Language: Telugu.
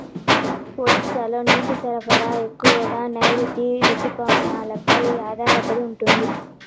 ఒడిశాలో నీటి సరఫరా ఎక్కువగా నైరుతి రుతుపవనాలపై ఆధారపడి ఉంటుంది